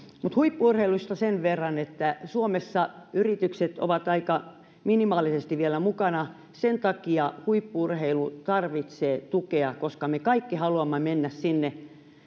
huippu urheilusta sen verran että suomessa yritykset ovat aika minimaalisesti vielä mukana sen takia huippu urheilu tarvitsee tukea koska me kaikki haluamme mennä sinne